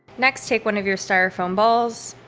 next, take one of your styrofoam balls